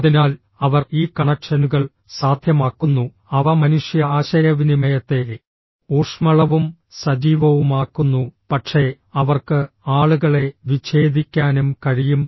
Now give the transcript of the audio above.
അതിനാൽ അവർ ഈ കണക്ഷനുകൾ സാധ്യമാക്കുന്നു അവ മനുഷ്യ ആശയവിനിമയത്തെ ഊഷ്മളവും സജീവവുമാക്കുന്നു പക്ഷേ അവർക്ക് ആളുകളെ വിച്ഛേദിക്കാനും കഴിയും